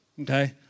okay